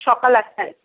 সকাল আটটায়